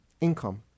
income